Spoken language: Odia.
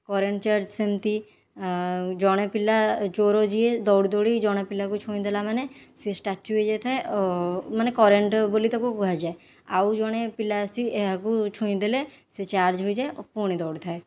କରେଣ୍ଟ ଚାର୍ଜ ସେମିତି ଜଣେ ପିଲା ଚୋର ଯିଏ ଦୌଡ଼ି ଦୌଡ଼ି ଜଣେ ପିଲାକୁ ଛୁଇଁ ଦେଲା ମାନେ ସେ ଷ୍ଟାଚ୍ୟୁ ହୋଇ ଯାଇଥାଏ ମାନେ କରେଣ୍ଟ ବୋଲି ତାକୁ କୁହାଯାଏ ଆଉ ଜଣେ ପିଲା ଆସି ଏହାକୁ ଛୁଇଁ ଦେଲେ ସେ ଚାର୍ଜ ହୋଇଯାଏ ଓ ପୁଣି ଦୌଡ଼ି ଥାଏ